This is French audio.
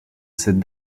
cette